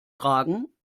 tragen